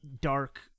dark